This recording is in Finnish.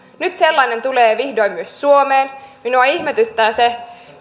nyt sellainen tulee vihdoin myös suomeen minua ihmetyttää se